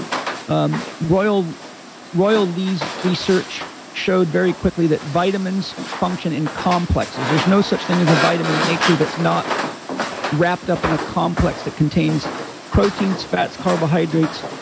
um royal royal lee's research showed very quickly that vitamins function in complexes. there's no such thing as a vitamin in nature that's not wrapped up in a complex that contains proteins, fats, carbohydrates,